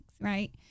right